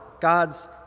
God's